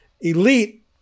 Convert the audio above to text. Elite